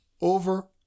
over